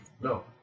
no